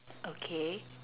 okay